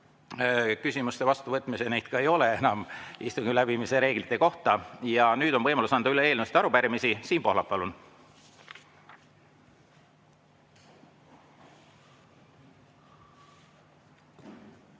küsimuste vastuvõtmise, neid ka ei ole enam istungi läbiviimise reeglite kohta. Ja nüüd on võimalus anda üle eelnõusid ja arupärimisi. Siim Pohlak, palun!